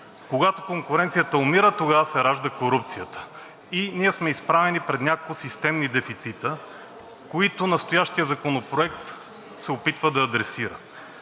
Когато конкуренцията умира, тогава се ражда корупцията. Ние сме изправени пред няколко системни дефицита, които настоящият Законопроект се опитва да адресира.